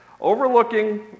overlooking